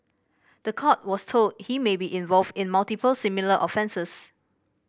the court was told he may be involved in multiple similar offences